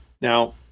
Now